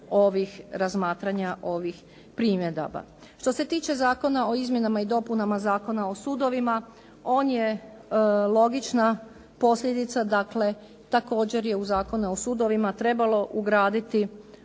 ovih razmatranja, ovih primjedaba. Što se tiče Zakona o izmjenama i dopunama Zakona o sudovima, on je logična posljedica, dakle, također je u zakone o sudovima trebalo ugraditi